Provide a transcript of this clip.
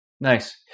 Nice